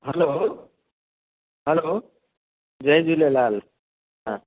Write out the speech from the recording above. हलो hello जय झूलेलाल